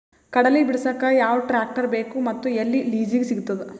ಕಡಲಿ ಬಿಡಸಕ್ ಯಾವ ಟ್ರ್ಯಾಕ್ಟರ್ ಬೇಕು ಮತ್ತು ಎಲ್ಲಿ ಲಿಜೀಗ ಸಿಗತದ?